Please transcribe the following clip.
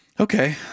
Okay